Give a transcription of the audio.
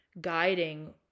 guiding